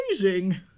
amazing